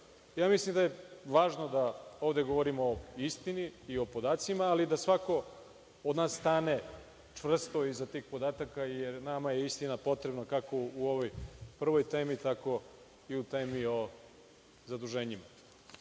bilo. Mislim da je važno da ovde govorimo o istinitim podacima, ali da svako od nas stane čvrsto iza tih podataka, jer nama je istina potrebna, kako u ovoj prvoj temi, tako i u temi o zaduženjima. Jedna